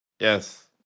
Yes